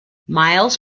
miles